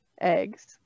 eggs